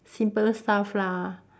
simple stuff lah